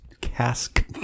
cask